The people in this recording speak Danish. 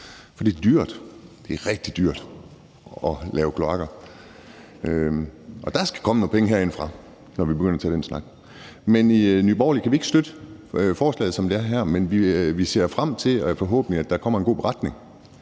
For det er dyrt; det er rigtig dyrt at lave kloakker. Der skal komme nogle penge herindefra, når vi begynder at tage den snak. I Nye Borgerlige kan vi ikke støtte forslaget, som det er her, men vi ser frem til, at der forhåbentlig kommer en god beretning,